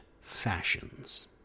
fashions